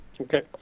Okay